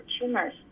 tumors